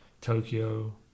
tokyo